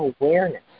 awareness